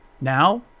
Now